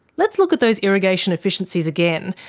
let's look at those irrigation efficiencies again,